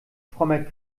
frommer